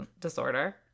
disorder